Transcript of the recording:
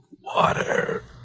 Water